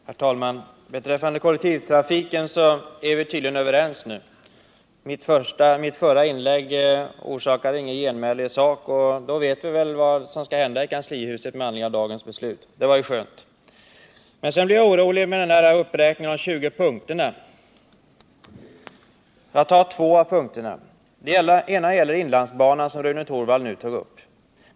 Herr talman! I fråga om kollektivtrafiken är vi tydligen nu överens. Mitt förra inlägg orsakade inget genmäle i sak, och då vet vi väl vad som skall hända i kanslihuset med anledning av dagens beslut. Det var ju skönt. Men sedan blev jag orolig vid uppräkningen av de 20 punkterna. Jag tar upp två av dem. Den ena gäller inlandsbanan, som Rune Torwald berörde.